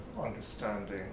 understanding